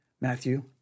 Matthew